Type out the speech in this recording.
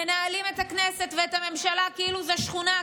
מנהלים את הכנסת ואת הממשלה כאילו זו שכונה,